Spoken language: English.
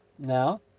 Now